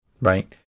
Right